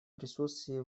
присутствии